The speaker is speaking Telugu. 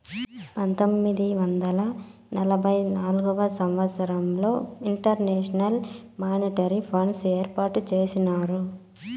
పంతొమ్మిది వందల నలభై నాల్గవ సంవచ్చరంలో ఇంటర్నేషనల్ మానిటరీ ఫండ్ని ఏర్పాటు చేసినారు